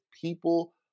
people